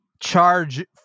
charge